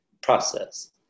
process